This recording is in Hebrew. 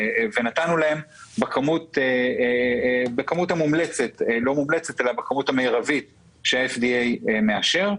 ונתנו להם בכמות המרבית שה-FDA מאשר.